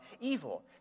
evil